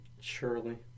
Surely